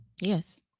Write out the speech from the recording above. Yes